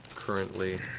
currently